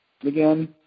Again